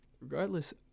Regardless